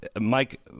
mike